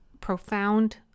profound